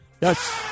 Yes